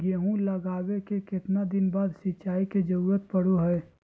गेहूं लगावे के कितना दिन बाद सिंचाई के जरूरत पड़ो है?